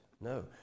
No